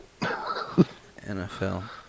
NFL